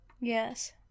Yes